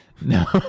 No